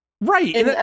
right